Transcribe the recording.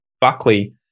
Buckley